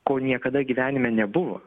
ko niekada gyvenime nebuvo